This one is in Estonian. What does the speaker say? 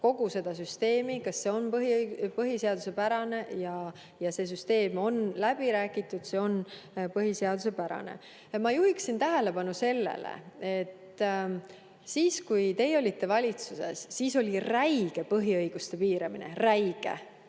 kogu selle süsteemi, kas see on põhiseaduspärane. See süsteem on läbi räägitud, see on põhiseaduspärane. Ma juhin tähelepanu sellele, et siis, kui teie olite valitsuses, oli räige põhiõiguste piiramine. Räige!